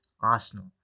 Arsenal